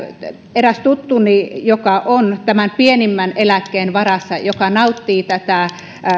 eräs tuttuni joka on tämän pienimmän eläkkeen varassa joka nauttii tätä